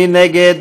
מי נגד?